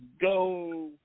go